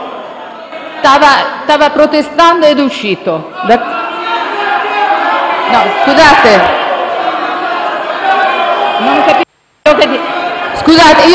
Stava protestando ed è uscito.